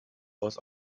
aus